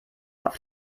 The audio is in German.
auf